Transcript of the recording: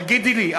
תגיד לי,